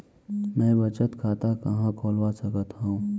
मै बचत खाता कहाँ खोलवा सकत हव?